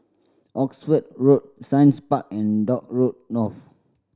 Oxford Road Science Park and Dock Road North